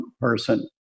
person